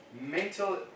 mental